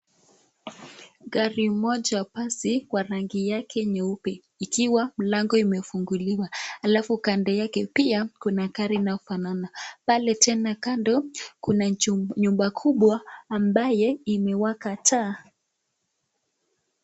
Gari moja basi kwa rangi yake nyeupe ikiwa mlango imefunguliwa. Halafu kando yake pia kuna gari inayofanana. Pale tena kando kuna nyumba kubwa ambaye imewaka taa.